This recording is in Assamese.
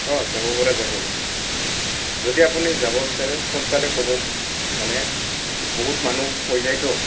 অঁ যাব পৰা যাব যদি আপুনি যাব বিচাৰে সোনকালে ক'ব মানে বহুত মানুহ হৈ যায়তো